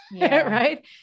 right